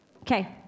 Okay